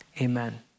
Amen